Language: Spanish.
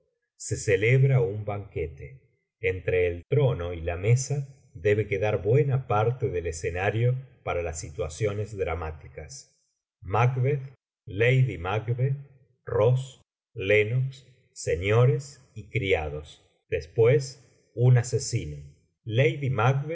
se celebra un banquete entre el trono y ja mesa debe quedar buena parte del escenario para las situaciones dramáticas macbeth lady m acbetfi ross lennox señores y cria dos después un asesino lady